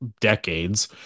decades